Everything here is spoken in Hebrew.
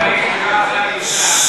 נוכח,